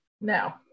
No